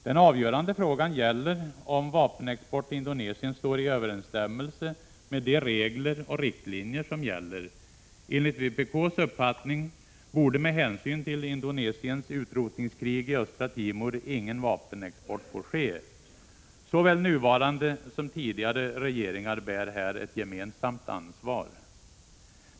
Den avgörande frågan gäller om vapenexport till Indonesien står i överensstämmelse med de regler och riktlinjer som gäller. Enligt vpk:s uppfattning borde med hänsyn till Indonesiens utrotningskrig i Östra Timor ingen vapenexport få ske. Såväl nuvarande som tidigare regeringar bär här ett gemensamt ansvar.